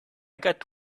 got